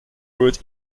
route